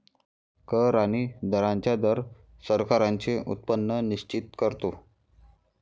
कर आणि दरांचा दर सरकारांचे उत्पन्न निश्चित करतो